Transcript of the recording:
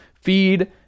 feed